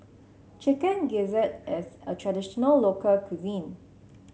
Chicken Gizzard is a traditional local cuisine